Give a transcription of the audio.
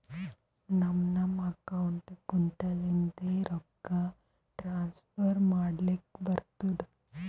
ನಮ್ ನಮ್ ಅಕೌಂಟ್ಗ ಕುಂತ್ತಲಿಂದೆ ರೊಕ್ಕಾ ಟ್ರಾನ್ಸ್ಫರ್ ಮಾಡ್ಲಕ್ ಬರ್ತುದ್